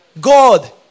God